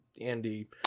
Andy